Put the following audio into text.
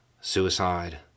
suicide